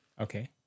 Okay